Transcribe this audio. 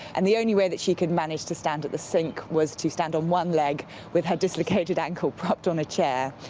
and the only way that she could manage to stand at the sink was to stand on one leg with her dislocated ankle propped on a chair,